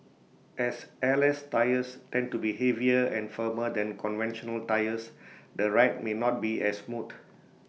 as airless tyres tend to be heavier and firmer than conventional tyres the ride may not be as smooth